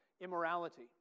immorality